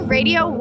Radio